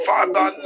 Father